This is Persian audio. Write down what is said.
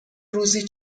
روزی